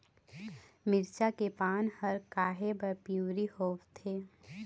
मिरचा के पान हर काहे बर पिवरी होवथे?